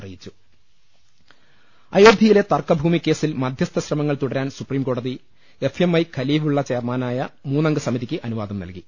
അറിയിച്ചു ക്കൽക്കൽ അയോധ്യയിലെ തർക്കഭൂമികേസിൽ മധ്യസ്ഥ ശ്രമങ്ങൾ തുടരാൻ സുപ്രീംകോടതി എഫ് എം ഐ ഖലീഫുള്ള ചെയർമാനായ മൂന്നംഗ സമിതിക്ക് അനുവാദം നൽകി